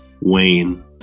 Wayne